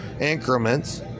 increments